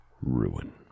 ruin